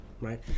right